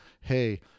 hey